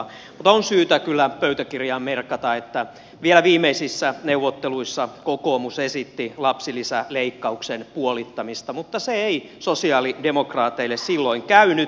mutta on syytä kyllä pöytäkirjaan merkata että vielä viimeisissä neuvotteluissa kokoomus esitti lapsilisäleikkauksen puolittamista mutta se ei sosialidemokraateille silloin käynyt